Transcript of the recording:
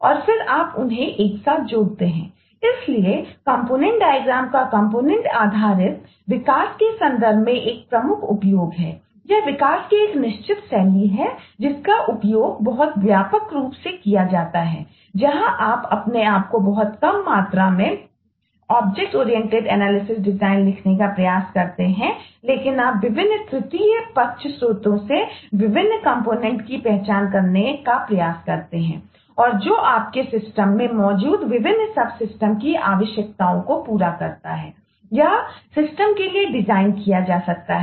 और इंप्लीमेंटेशन की आवश्यकताओं को पूरा करता है